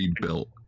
rebuilt